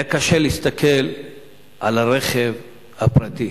היה קשה להסתכל על הרכב הפרטי.